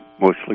mostly